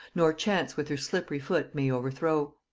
nor chance with her slippery foot may overthrow.